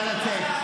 נא לצאת.